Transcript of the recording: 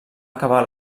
acabar